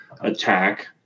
attack